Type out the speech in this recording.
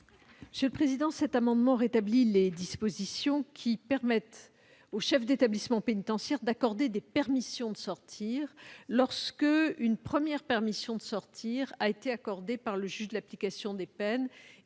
garde des sceaux. Cet amendement vise à rétablir les dispositions permettant au chef d'établissement pénitentiaire d'accorder des permissions de sortir lorsqu'une première permission de sortir a été accordée par le juge de l'application des peines,